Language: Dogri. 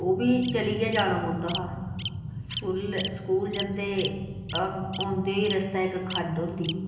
ओह् बी चलियै जाना पौंदा हा स्कूलै स्कूल जंदे औंदे गी रस्तै इक खड्ड औंदी ही